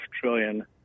trillion